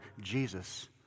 Jesus